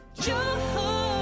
joy